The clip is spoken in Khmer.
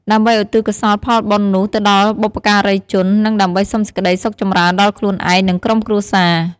ដើម្បីឧទ្ទិសកុសលផលបុណ្យនោះទៅដល់បុព្វការីជន និងដើម្បីសុំសេចក្តីសុខចម្រើនដល់ខ្លួនឯង និងក្រុមគ្រួសារ។